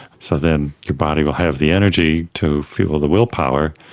so then your body will have the energy to fuel the willpower,